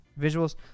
visuals